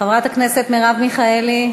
חברת הכנסת מרב מיכאלי.